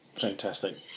Fantastic